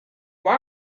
why